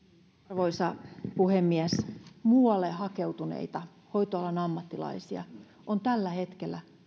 arvoisa puhemies muualle hakeutuneita hoitoalan ammattilaisia on tällä hetkellä